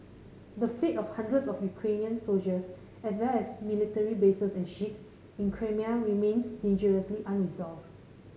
the fate of hundreds of Ukrainian soldiers as well as military bases and ships in Crimea remains dangerously unresolved